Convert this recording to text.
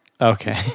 Okay